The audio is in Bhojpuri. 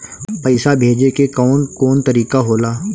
पइसा भेजे के कौन कोन तरीका होला?